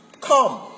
Come